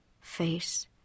face